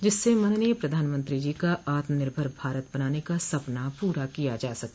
जिससे माननीय प्रधानमंत्री जी का आत्मानिर्भर भारत बनाने का सपना पूरा किया जा सके